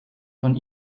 von